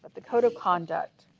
the code of conduct